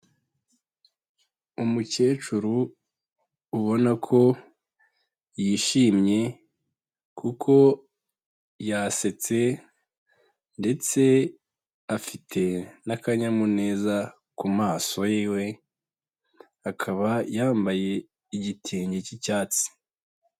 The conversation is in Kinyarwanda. Umukecuru ubona ko yishimye, kuko yasetse, ndetse afite n'akanyamuneza ku maso yiwe, akaba yambaye igitenge cy'icyatsi.